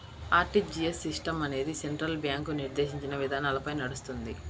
RTGS system అనేది central bank నిర్దేశించిన విధానాలపై నడుస్తుంది